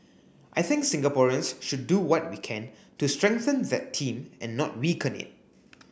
I think Singaporeans should do what we can to strengthen that team and not weaken it